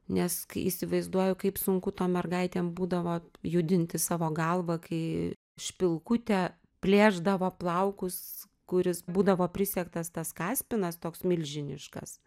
nes kai įsivaizduoju kaip sunku tom mergaitėm būdavo judinti savo galvą kai špilkutė plėšdavo plaukus kuris būdavo prisegtas tas kaspinas toks milžiniškas